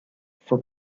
for